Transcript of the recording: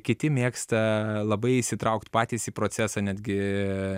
kiti mėgsta labai įsitraukt patys į procesą netgi